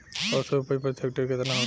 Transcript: औसत उपज प्रति हेक्टेयर केतना होखे?